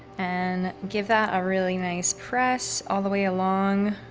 and give that a really nice press all the way along,